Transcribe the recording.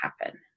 happen